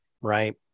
right